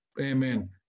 Amen